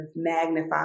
magnify